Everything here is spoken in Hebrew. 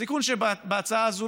הסיכון שבהצעה הזאת,